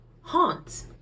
haunt